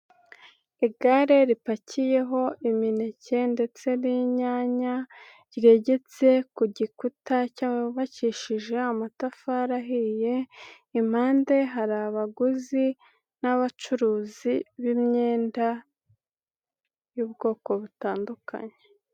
Igare ripakiyeho imineke ndetse n'inyanya, ryegetse ku gikuta cyubakishije amatafari ahiye, impande hari abaguzi, n'abacuruzi b'imyenda, y'ubwoko butandukanye.